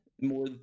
more